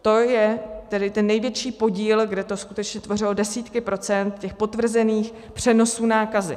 To je tedy ten největší podíl, kde to skutečně tvořilo desítky procent těch potvrzených přenosů nákazy.